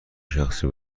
شخصی